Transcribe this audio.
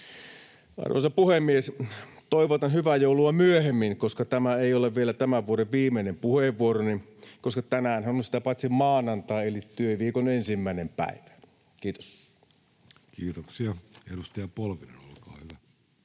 Arvoisa puhemies! Toivotan hyvää joulua myöhemmin, koska tämä ei ole vielä tämän vuoden viimeinen puheenvuoroni — tänäänhän on sitä paitsi maanantai eli työviikon ensimmäinen päivä. — Kiitos. [Speech 354] Speaker: